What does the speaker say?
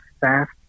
fast